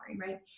right